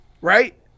right